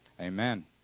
Amen